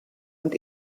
und